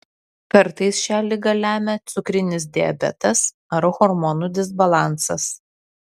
kartais šią ligą lemia cukrinis diabetas ar hormonų disbalansas